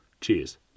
Cheers